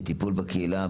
וטיפול בקהילה.